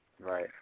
Right